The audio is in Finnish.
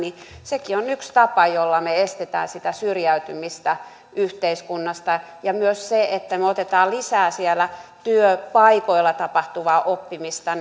on yksi tapa jolla me estämme sitä syrjäytymistä yhteiskunnasta otamme myös lisää siellä työpaikoilla tapahtuvaa oppimista